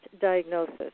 diagnosis